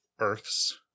Earths